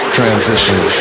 Transition